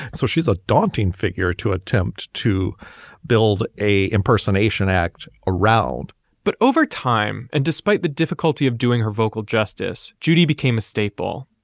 so she's a daunting figure to attempt to build a impersonation act around but over time, and despite the difficulty of doing her vocal justice, judy became a staple.